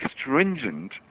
stringent